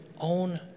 own